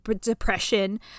depression